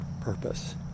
purpose